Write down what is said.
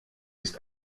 ist